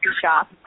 shop